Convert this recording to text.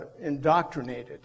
indoctrinated